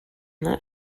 not